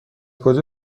کجا